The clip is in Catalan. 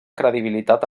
credibilitat